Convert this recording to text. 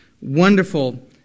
wonderful